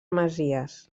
masies